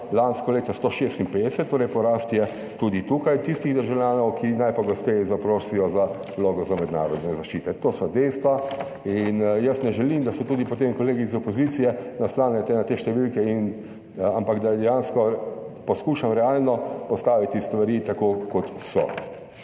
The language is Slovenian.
lansko leto 156, torej porast je tudi tukaj tistih državljanov, ki najpogosteje zaprosijo za vlogo za mednarodne zaščite. To so dejstva in jaz ne želim, da se tudi potem kolegi iz opozicije naslanjate na te številke, ampak da dejansko poskušam realno postaviti stvari tako kot so.